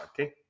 okay